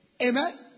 Amen